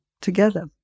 together